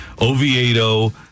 Oviedo